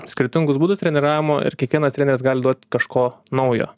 skirtingus būdus treniravimo ir kiekvienas treneris gali duot kažko naujo